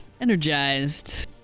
energized